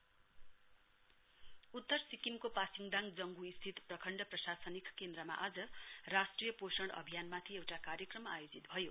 national nutrition month उत्तर सिक्किमको पासिङदाङ जंग् स्थित प्रखण्ड प्रशासनिक केन्द्रमा आज राष्ट्रिय पोषण अभियानमाथि एउटा कार्यक्रम आयोजित भयो